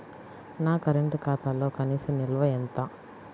నా కరెంట్ ఖాతాలో కనీస నిల్వ ఎంత?